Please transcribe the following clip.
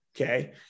okay